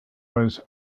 was